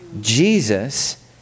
Jesus